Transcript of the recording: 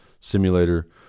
simulator